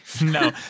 no